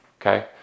okay